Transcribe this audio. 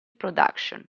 productions